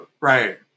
Right